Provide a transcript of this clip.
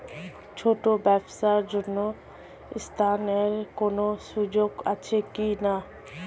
ছোট ব্যবসার জন্য ঋণ এর কোন সুযোগ আছে কি না?